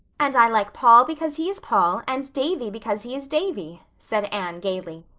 and i like paul because he is paul and davy because he is davy, said anne gaily.